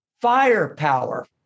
firepower